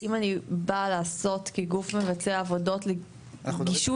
אם אני באה לעשות כגוף מבצע עבודות לגישוש